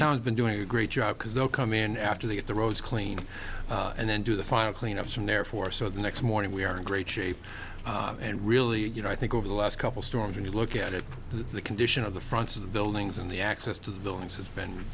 town been doing a great job because they'll come in after the if the roads clean and then do the final clean up from there for so the next morning we are in great shape and really you know i think over the last couple storms when you look at it the condition of the fronts of the buildings and the access to the buildings have been